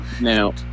Now